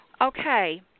okay